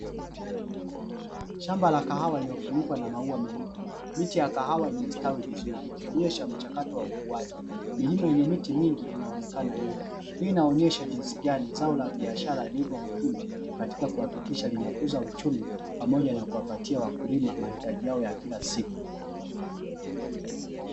Shamba la kahawa linalofunikwa na maua meupe, miti ya kahawa imestawi vizuri, ikionyesha mchakato wa ukuaji. Milima yenye miti mingi inaonekana nyuma, hii inaonyesha jinsi gani zao la biashara lilivyo muhimu katika kuhakikisha linakuza uchumi, pamoja na kuwapatia wakulima mahitaji yao ya kila siku.